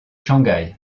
shanghai